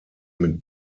mit